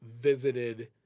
visited